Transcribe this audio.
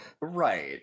Right